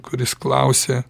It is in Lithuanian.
kuris klausia